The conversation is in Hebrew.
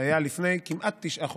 זה היה לפני כמעט תשעה חודשים.